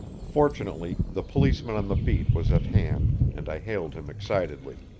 fortunately the policeman on the beat was at hand, and i hailed him excitedly.